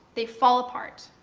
they fall apart.